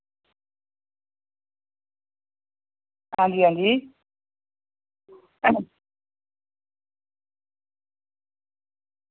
हां जी हां जी